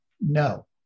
No